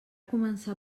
començar